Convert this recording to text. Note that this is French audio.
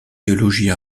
théologie